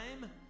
time